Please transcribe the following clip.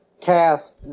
cast